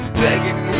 begging